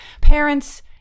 parents